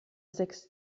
sechs